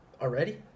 Already